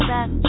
Back